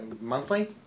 monthly